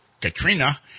Katrina